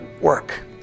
work